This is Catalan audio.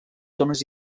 dones